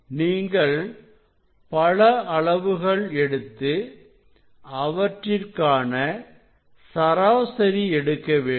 நீங்கள் பல அளவுகள் எடுத்து அவற்றிற்கான சராசரி எடுக்க வேண்டும்